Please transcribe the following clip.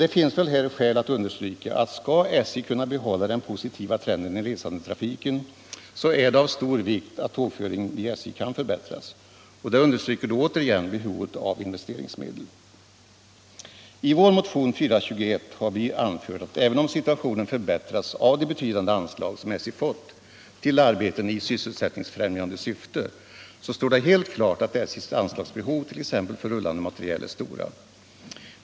Det finns väl skäl att understryka här att skall SJ kunna behålla den positiva trenden i resandetrafiken är det av stor vikt att tågföringen vid SJ kan förbättras. Detta understryker alltså återigen behovet av investeringsmedel. I vår motion 1975/76:421 har vi anfört att även om situationen förbättras av de betydande anslag som SJ fått till arbeten i sysselsättningsfrämjande syfte, står det helt klart att SJ:s anslagsbehov t.ex. för rullande materiel är stora.